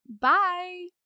Bye